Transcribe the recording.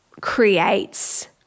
creates